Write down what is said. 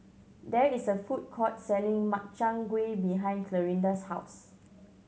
there is a food court selling Makchang Gui behind Clarinda's house